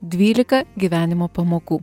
dvylika gyvenimo pamokų